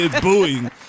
booing